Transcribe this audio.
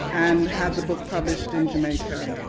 and had the book published in jamaica.